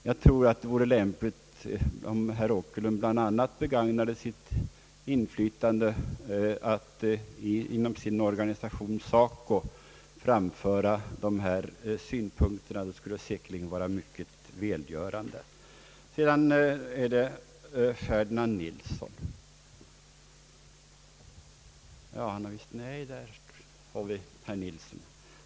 Jag tror att det vore lämpligt, om herr Åkerlund bl.a. begagnade sitt inflytande till att inom sin organisation SACO framföra dessa synpunkter — det skulle säkerligen vara mycket välgörande. Jag vill därefter bemöta herr Ferdinand Nilsson.